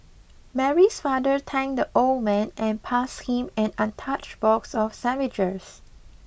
Mary's father thanked the old man and passed him an untouched box of sandwiches